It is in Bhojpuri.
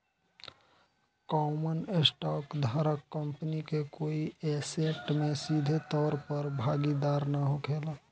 कॉमन स्टॉक धारक कंपनी के कोई ऐसेट में सीधे तौर पर भागीदार ना होखेला